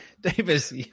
Davis